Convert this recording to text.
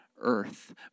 earth